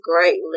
greatly